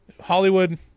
hollywood